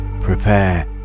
prepare